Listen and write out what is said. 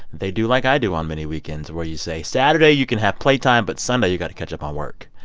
they do like i do on many weekends, where you say, saturday you can have playtime, but sunday you got to catch up on work,